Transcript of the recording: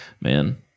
Man